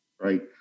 right